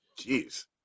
Jeez